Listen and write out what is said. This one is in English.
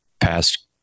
past